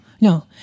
no